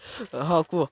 ହଁ କୁହ